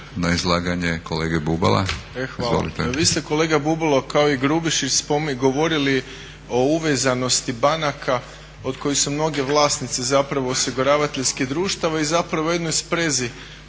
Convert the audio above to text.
Dražen (HDSSB)** Hvala. Vi ste kolega Bubalo kao i Grubišić govorili o uvezanosti banaka od kojih su mnoge vlasnice zapravo osiguravateljskih društava i zapravo u jednoj sprezi